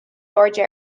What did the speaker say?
airde